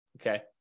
okay